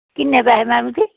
किन्ने पैहे मैडम जी